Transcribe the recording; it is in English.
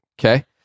okay